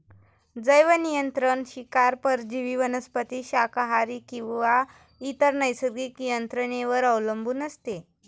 जैवनियंत्रण शिकार परजीवी वनस्पती शाकाहारी किंवा इतर नैसर्गिक यंत्रणेवर अवलंबून असते